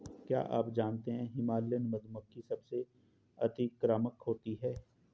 क्या आप जानते है हिमालयन मधुमक्खी सबसे अतिक्रामक होती है?